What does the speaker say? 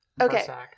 Okay